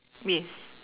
yes